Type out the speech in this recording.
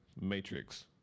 Matrix